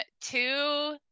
two